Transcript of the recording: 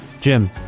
Jim